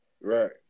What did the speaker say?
Right